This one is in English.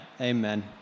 Amen